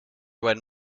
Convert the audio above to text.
when